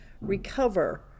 recover